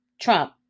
Trump